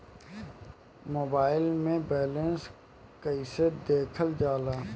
Mobile से balance कइसे देखल जाला?